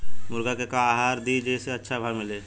मुर्गा के का आहार दी जे से अच्छा भाव मिले?